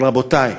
אבל, רבותי,